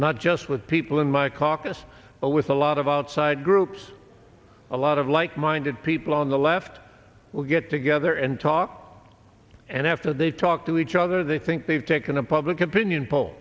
not just with people in my caucus but with a lot of outside groups a lot of like minded people on the left will get together and talk and after they talk to each other they think they've taken a public opinion poll